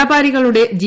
വ്യാപാരികളുടെ ജി